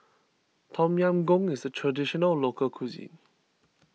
Tom Yam Goong is a Traditional Local Cuisine